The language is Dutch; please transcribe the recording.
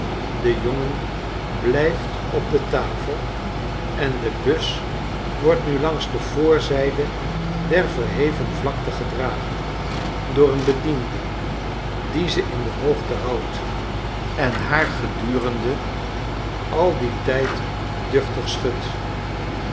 de jongen blyft op de tafel en de bus wordt nu langs de voorzijde der verheven vlakte gedragen door een bediende die ze in de hoogte houdt en haar gedurende al dien tijd duchtig schudt